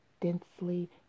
densely